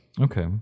Okay